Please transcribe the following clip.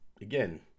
again